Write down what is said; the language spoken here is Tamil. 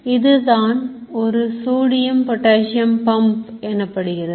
இதுதான் ஒரு சோடியம் பொட்டாசியம் பம்ப் எனப்படுகிறது